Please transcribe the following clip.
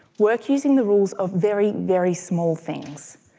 work using the rules of very, very small things,